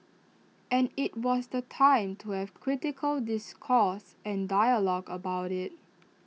and IT was the time to have critical discourse and dialogue about IT